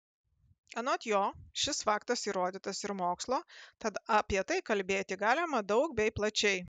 anot jo šis faktas įrodytas ir mokslo tad apie tai kalbėti galima daug bei plačiai